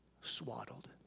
Swaddled